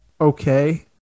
okay